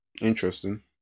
Interesting